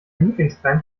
lieblingsband